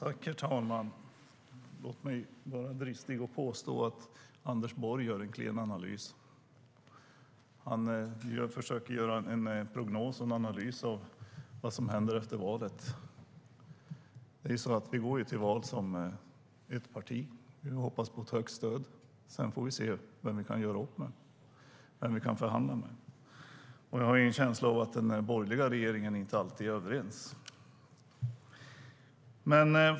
Herr talman! Låg mig vara dristig och påstå att Anders Borg gör en klen analys. Han försöker att göra en prognos och en analys av vad som händer efter valet. Vi går till val som ett parti, och vi hoppas på ett högt stöd. Sedan får vi se vem vi kan göra upp och förhandla med. Jag har en känsla av att den borgerliga regeringen inte alltid är överens.